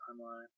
timeline